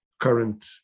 current